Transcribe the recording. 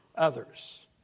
others